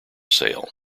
sale